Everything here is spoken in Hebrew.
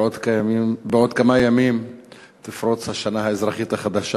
בעוד כמה ימים תפרוץ השנה האזרחית החדשה.